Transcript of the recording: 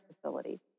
facility